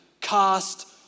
Cast